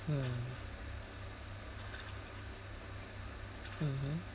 mm mmhmm